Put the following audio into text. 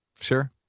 Sure